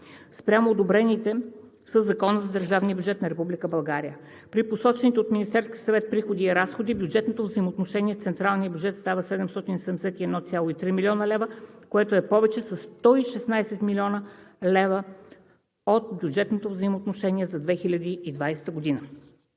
спрямо одобрените със Закона за държавния бюджет на Република България за 2020 г. При посочените от Министерския съвет приходи и разходи бюджетното взаимоотношение с централния бюджет става 771,3 млн. лв., което е в повече със 116,0 млн. лв. от бюджетното взаимоотношение за 2020 г.